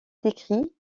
décrit